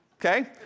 okay